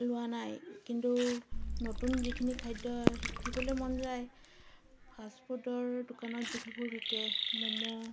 লোৱা নাই কিন্তু নতুন যিখিনি খাদ্য শিকিবলৈ মন যায় ফাষ্টফুডৰ দোকানত যিবোৰ বিকে মম'